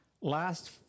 last